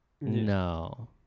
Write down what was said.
No